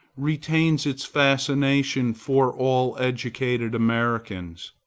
retains its fascination for all educated americans.